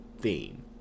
theme